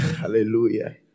Hallelujah